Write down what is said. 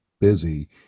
busy